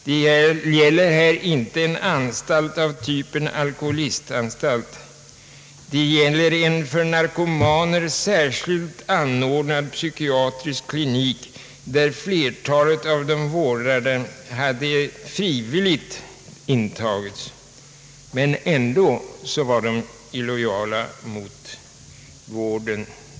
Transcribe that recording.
Det gäller här inte en anstalt av typen alkoholistanstalt. Det gäller en för narkomaner särskilt anordnad psykiatrisk klinik där flertalet av de vårdade hade frivilligt intagits. Men ändå var de illojala mot vården.